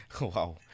wow